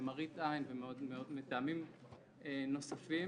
מראית עין ומטעמים נוספים,